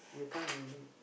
will come in the link